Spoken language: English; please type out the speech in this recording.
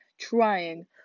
trying